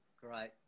Great